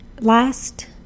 last